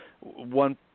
one